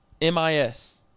MIS